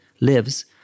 lives